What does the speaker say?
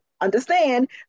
understand